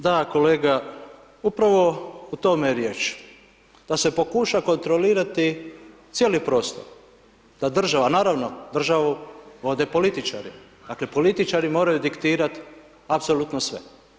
Da, kolega, upravo o tome je riječ, da se pokuša kontrolirati cijeli prostor, da država, naravno državu vode političari, dakle, političari moraju diktirati apsolutno sve.